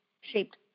shaped